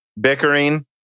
bickering